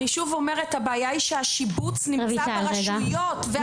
אני שוב אומרת שהבעיה שהשיבוץ נמצא ברשויות ואתם לא מתערבים.